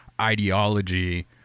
ideology